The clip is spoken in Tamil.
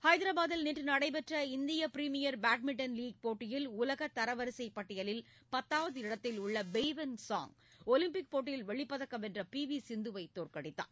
ஹைதராபாதில் நேற்று நடைபெற்ற இந்திய பிரிமியர் பேட்மின்டன் லீக் போட்டியில் உலக தரவரிசை பட்டியலில் பத்தாவது இடத்தில்உள்ள பெய்வென் ஸாங் ஒலிம்பிக் போட்டியில் வெள்ளிப்பதக்கம் வென்ற பி வி சிந்துவை தோற்கடித்தார்